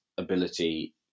ability